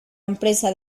empresa